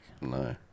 no